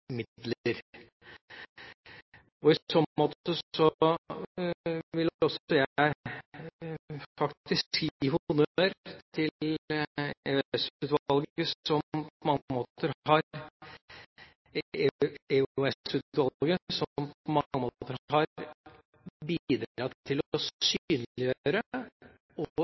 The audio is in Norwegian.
I så måte vil også jeg faktisk gi honnør til EOS-utvalget, som på mange måter har bidratt til å synliggjøre og gjøre lettere den kontrollvirksomheten man også bedriver på